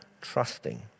trusting